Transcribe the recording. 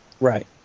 Right